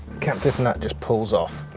captive nut just pulls off.